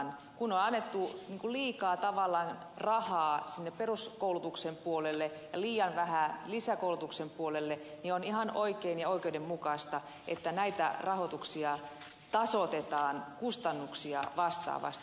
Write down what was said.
kun on annettu liikaa tavallaan rahaa sinne peruskoulutuksen puolelle ja liian vähän lisäkoulutuksen puolelle niin on ihan oikein ja oikeudenmukaista että näitä rahoituksia tasoitetaan kustannuksia vastaavasti